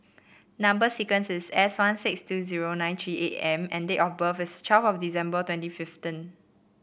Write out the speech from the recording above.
number sequence is S one six two zero nine three eight M and date of birth is twelve of December twenty fifteen